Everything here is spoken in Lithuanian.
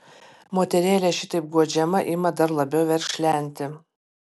moterėlė šitaip guodžiama ima dar labiau verkšlenti